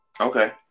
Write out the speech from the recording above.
Okay